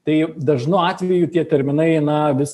tai dažnu atveju tie terminai na vis